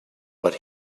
but